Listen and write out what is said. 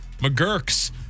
McGurk's